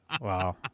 Wow